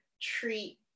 treat